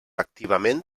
activament